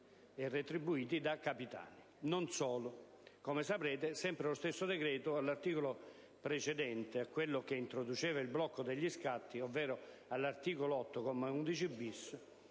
retribuiti da capitani. Non solo. Come saprete, sempre lo stesso decreto, all'articolo precedente a quello che introduceva il blocco degli scatti - ovvero all'articolo 8